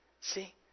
see